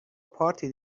پارتی